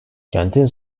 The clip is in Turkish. kentin